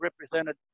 represented